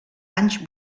anys